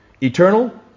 Eternal